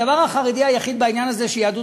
הדבר החרדי היחיד בעניין הזה הוא שיהדות